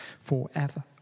forever